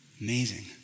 Amazing